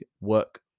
work